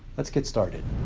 let's get started.